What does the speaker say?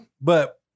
but-